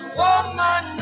woman